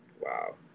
Wow